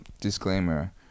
disclaimer